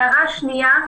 הערה שנייה,